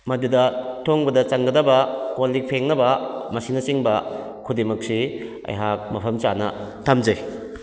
ꯃꯗꯨꯗ ꯊꯣꯡꯕꯗ ꯆꯪꯒꯗꯕ ꯀꯣꯜ ꯂꯤꯛ ꯐꯦꯡꯅꯕ ꯃꯁꯤꯅ ꯆꯤꯡꯕ ꯈꯨꯗꯤꯡꯃꯛꯁꯤ ꯑꯩꯍꯥꯛ ꯃꯐꯝ ꯆꯥꯅ ꯊꯝꯖꯩ